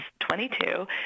22